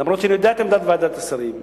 אפילו שאני יודע את עמדת ועדת השרים,